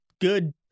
good